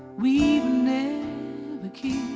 we've never kissed